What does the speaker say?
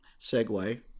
Segway